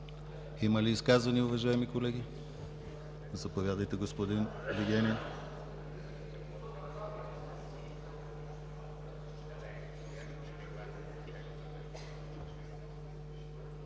Има ли изказвания, уважаеми колеги? Заповядайте, господин Вигенин.